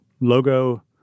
logo